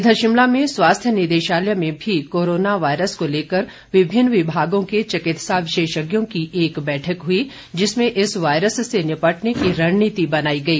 इधर शिमला में स्वास्थ्य निदेशालय में भी कोरोना वायरस को लेकर विभिन्न विभागों के चिकित्सा विशेषज्ञों की एक बैठक हुई जिसमें इस वायरस से निपटने की रणनीति बनाई गई